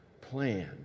plan